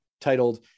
titled